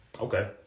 okay